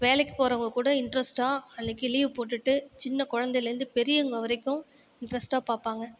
வேலைக்கு போகிறவங்க கூட இன்ட்ரெஸ்ட்டாக அன்றைக்கு லீவ் போட்டுட்டு சின்ன குழந்தையிலிருந்து பெரியவங்க வரைக்கும் இன்ட்ரெஸ்ட்டாக பார்ப்பாங்க